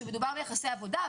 שמדובר ביחסי עבודה,